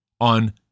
on